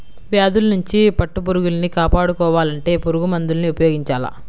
వ్యాధుల్నించి పట్టుపురుగుల్ని కాపాడుకోవాలంటే పురుగుమందుల్ని ఉపయోగించాల